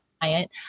client